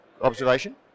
observation